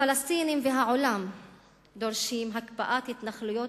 הפלסטינים והעולם דורשים הקפאת התנחלויות